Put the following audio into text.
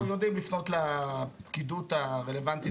אנחנו יודעים לפנות לפקידות הרלוונטית.